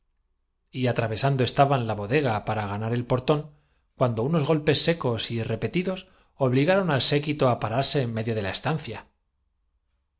profun y atravesando estaban la bodega para ganar el por das reflexiones tón cuando unos golpes secos y repetidos obligaron la indignación ha dado un grito en el pecho de al séquito á pararse en medio de la estancia